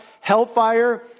hellfire